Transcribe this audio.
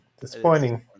Disappointing